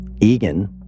Egan